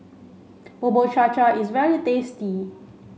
Bubur Cha Cha is very tasty